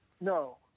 No